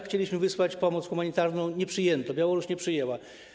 Chcieliśmy wysłać pomoc humanitarną, ale nie przyjęto, Białoruś jej nie przyjęła.